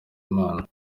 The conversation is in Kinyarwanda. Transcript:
imana